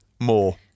More